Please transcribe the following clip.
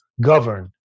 govern